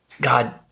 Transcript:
God